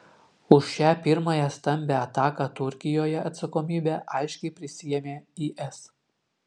už šią pirmąją stambią ataką turkijoje atsakomybę aiškiai prisiėmė is